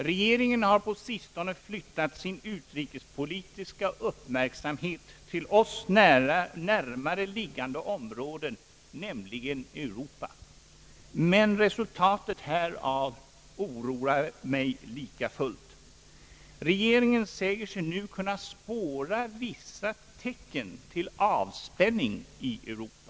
Regeringen har på sistone flyttat sin utrikespolitiska verksamhet till oss närmare liggande områden, nämligen Europa, men resultatet härav oroar mig lika fullt. Regeringen säger sig nu kunna spåra vissa tecken till avspänning i Europa.